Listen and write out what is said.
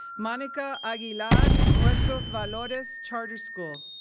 monica aguilar, nuestros valores charter school.